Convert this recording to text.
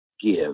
give